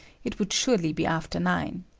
it would surely be after nine.